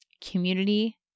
community